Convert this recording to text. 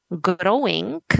growing